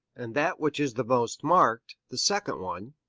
and that which is the most marked, the second one,